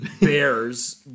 Bears